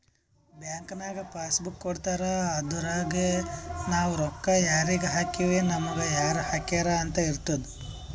bank ನಾಗ್ passbook ಕೊಡ್ತಾರ ಅದುರಗೆ ನಾವ್ ರೊಕ್ಕಾ ಯಾರಿಗ ಹಾಕಿವ್ ನಮುಗ ಯಾರ್ ಹಾಕ್ಯಾರ್ ಅಂತ್ ಇರ್ತುದ್